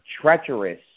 treacherous